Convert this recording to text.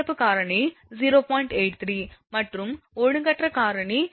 83 மற்றும் ஒழுங்கற்ற காரணி 0